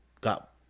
got